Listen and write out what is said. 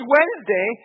Wednesday